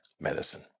medicine